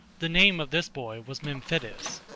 the name of this boy was memphitis.